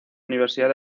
universidad